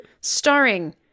starring